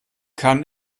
kann